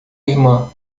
irmã